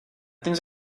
things